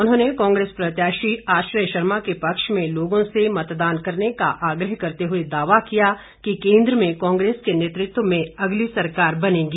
उन्होंने कांग्रेस प्रत्याशी आश्रय शर्मा के पक्ष में लोगों से मतदान करने का आग्रह करते हुए दावा किया कि केन्द्र में कांग्रेस के नेतृत्व में अगली सरकार बनेगी